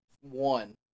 one